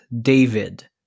David